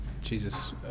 Jesus